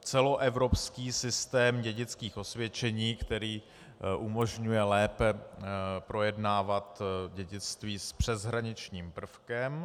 celoevropský systém dědických osvědčení, který umožňuje lépe projednávat dědictví s přeshraničním prvkem.